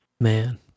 Man